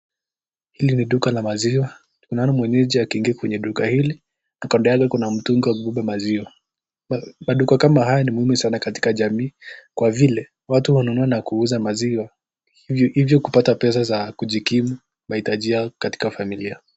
Hili ni duka la maziwa, tunaona mwenyeji akiingia kwenye duka hili, na kando yake kuna mtungi ya kubeba maziwa, maduka kama haya ni muhimu sana katika jamii, kwa vile watu hununua na kuuza maziwa, hivyo kupata pesa za kujikimu mahitaji yao katika familia.